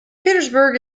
petersburg